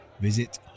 Visit